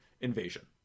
invasion